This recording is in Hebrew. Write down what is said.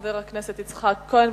חבר הכנסת יצחק כהן,